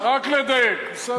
רק לדייק, בסדר.